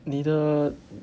你的